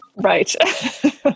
right